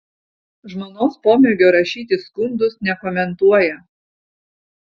žmonos pomėgio rašyti skundus nekomentuoja